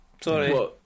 Sorry